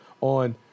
on